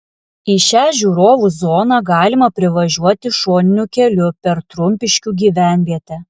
į šią žiūrovų zoną galima privažiuoti šoniniu keliu per trumpiškių gyvenvietę